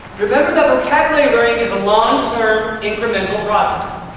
remember that vocabulary learning is a long-term, incremental process.